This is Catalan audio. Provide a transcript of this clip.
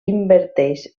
inverteix